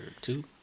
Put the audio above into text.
two